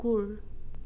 কুৰ